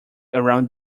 around